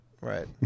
right